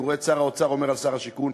הוא רואה את שר האוצר אומר על שר השיכון: